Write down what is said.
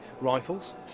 rifles